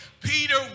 Peter